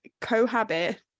cohabit